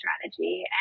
strategy